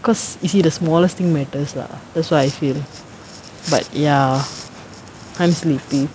'because you see the smallest thing matters lah that's why I feel but ya I'm sleepy